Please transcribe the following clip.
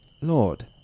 Lord